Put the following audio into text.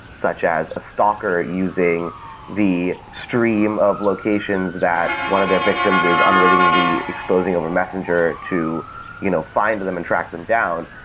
such as a stalker using the stream of locations that one of their victims is unwittingly exposing over messenger to you know find them and track them down,